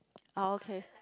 ah okay